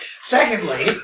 Secondly